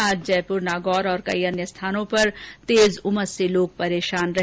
आज जयप्र नागौर और कई अन्य स्थानों पर तेज उमस से लोग परेशान रहे